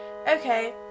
okay